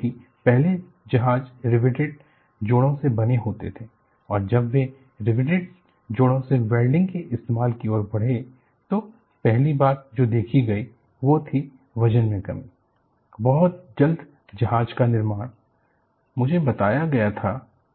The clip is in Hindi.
क्योंकि पहले जहाज रीवेटेड जोड़ों से बने होते थे और जब वे रीवेटेड जोड़ों से वेल्डिंग के इस्तेमाल की ओर बढ़े तो पहली बात जो देखी गई वो थी वजन में कमी बहुत जल्द जहाज का निर्माण मुझे बताया गया था